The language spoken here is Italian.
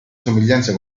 somiglianza